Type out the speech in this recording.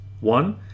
One